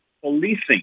policing